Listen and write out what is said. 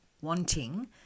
wanting